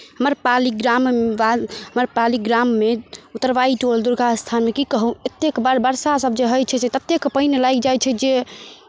हमर पाली ग्राम वा हमर पाली ग्राममे उत्तरवारि टोल दुर्गा स्थानमे की कहू एतेक बर वर्षासभ जे होइ छै से ततेक पानि लागि जाइ छै जे